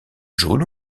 jaune